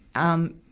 um,